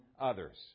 others